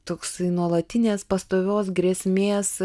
toksai nuolatinės pastovios grėsmės